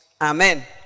Amen